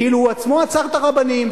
כאילו הוא עצמו עצר את הרבנים,